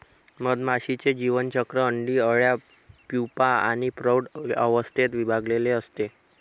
मधमाशीचे जीवनचक्र अंडी, अळ्या, प्यूपा आणि प्रौढ अवस्थेत विभागलेले असते